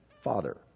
Father